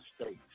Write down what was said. states